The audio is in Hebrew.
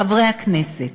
חברי הכנסת,